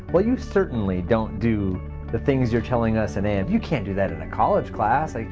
well, you certainly don't do the things you're telling us in amp. you can't do that in a college class. like